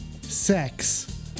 sex